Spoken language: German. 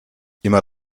immer